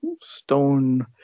stone